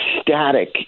static